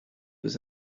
was